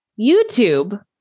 YouTube